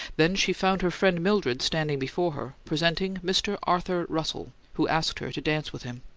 then she found her friend mildred standing before her, presenting mr. arthur russell, who asked her to dance with him.